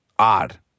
Odd